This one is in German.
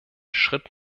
schritt